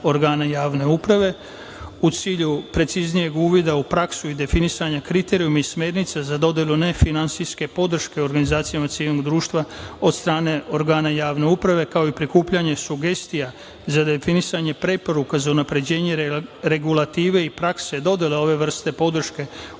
organa javne uprave u cilju preciznijeg uvida u praksu i definisanje kriterijuma i smernica za dodelu ne finansijske podrške organizacijama civilnog društva od strane organa javne uprave, kao i prikupljanje sugestija za definisanje preporuka za unapređenje regulative i prakse dodele ove vrste podrške.